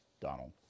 Donald